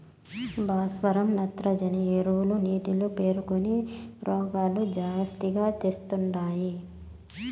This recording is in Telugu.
భాస్వరం నత్రజని ఎరువులు నీటిలో పేరుకొని రోగాలు జాస్తిగా తెస్తండాయి